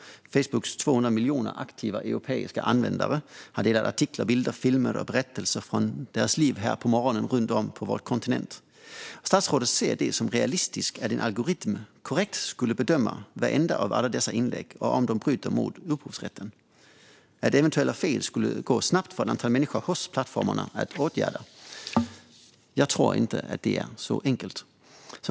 Facebooks 200 miljoner aktiva europeiska användare har på morgonen delat artiklar, bilder, filmer och berättelser från sina liv runt om på vår kontinent. Statsrådet ser det som realistiskt att en algoritm korrekt skulle kunna bedöma om vartenda av alla dessa inlägg bryter mot upphovsrätten och att eventuella fel skulle gå snabbt för ett antal människor hos plattformarna att åtgärda. Jag tror inte att det är så enkelt.